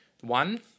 One